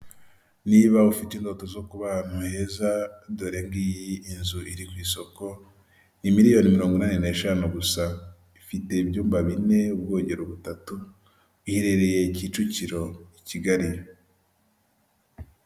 Niba ufite indoto zo kuba ahantu heza dore ngiyi inzu iri ku isoko ni miliyoni mirongo inani n'eshanu gusa ifite ibyumba bine ubwogero butatu iherereye Kicukiro i Kigali .